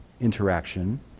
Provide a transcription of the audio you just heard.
interaction